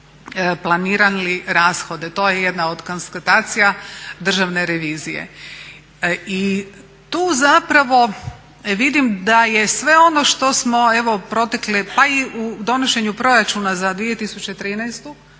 planirali rashode. To je jedna od konstatacija Državne revizije. I tu zapravo vidim da je sve ono što smo evo protekle pa i u donošenju Proračuna za 2013.